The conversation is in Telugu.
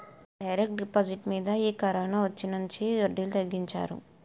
డైరెక్ట్ డిపాజిట్ మీద ఈ కరోనొచ్చినుంచి వడ్డీలు తగ్గించారు